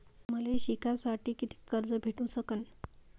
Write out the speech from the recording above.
मले शिकासाठी कितीक कर्ज भेटू सकन?